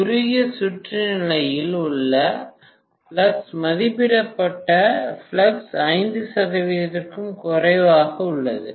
குறுகிய சுற்று நிலையில் உள்ள ஃப்ளக்ஸ் மதிப்பிடப்பட்ட ஃப்ளக்ஸ் 5 சதவீதத்திற்கும் குறைவாக உள்ளது